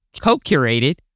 co-curated